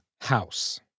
house